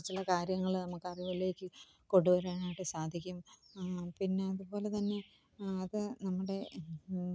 കുറിച്ചുള്ള കാര്യങ്ങൾ നമുക്ക് അറിവിലേക്ക് കൊണ്ടുവരാനായിട്ട് സാധിക്കും പിന്നെ അതുപോലെതന്നെ അതു നമ്മുടെ